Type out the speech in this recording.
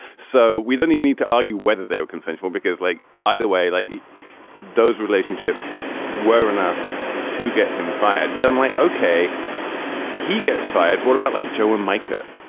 so we didn't even need to argue whether they were consensual because like either way like those relationships were enough to get him fired. but then why. ok he gets fired. what about like joe and mike. ah